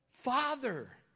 Father